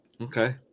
Okay